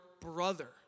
brother